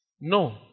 No